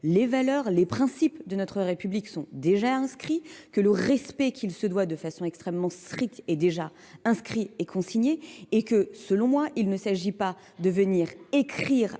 les valeurs, les principes de notre République sont déjà inscrits, que le respect qu'il se doit de façon extrêmement stricte est déjà inscrit et consigné, et que, selon moi, il ne s'agit pas de venir écrire